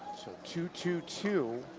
so two two two.